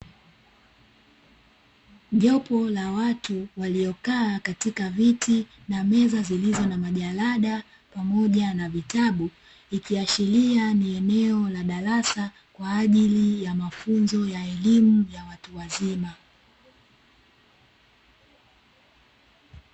Jopo la watu waliokaa katika viti na meza zilizo na majalada pamoja na vitabu, ikiashiria ni eneo la darasa kwa ajili ya mafunzo ya elimu ya watu wazima.